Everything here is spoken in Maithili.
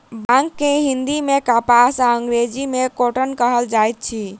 बांग के हिंदी मे कपास आ अंग्रेजी मे कौटन कहल जाइत अछि